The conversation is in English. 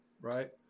right